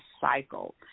cycle